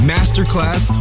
Masterclass